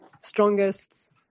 strongest